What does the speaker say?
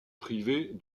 privée